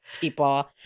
people